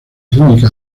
clínica